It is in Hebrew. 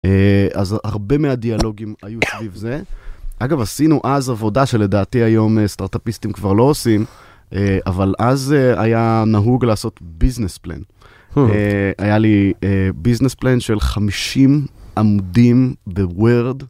אז הרבה מהדיאלוגים היו סביב זה. אגב, עשינו אז עבודה שלדעתי היום סטרט-אפיסטים כבר לא עושים, אבל אז היה נהוג לעשות ביזנס פלאן. היה לי ביזנס פלאן של 50 עמודים בוורד.